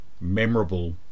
memorable